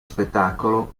spettacolo